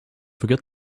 forgot